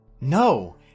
No